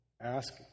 ask